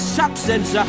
substance